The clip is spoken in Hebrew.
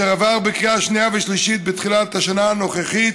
אשר עבר בקריאה שנייה ושלישית בתחילת השנה הנוכחית,